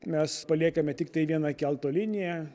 mes paliekame tiktai vieną kelto liniją